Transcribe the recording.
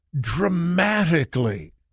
dramatically